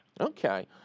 Okay